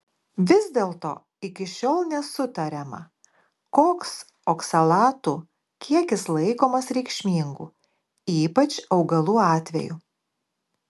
vis dėlto iki šiol nesutariama koks oksalatų kiekis laikomas reikšmingu ypač augalų atveju